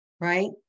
right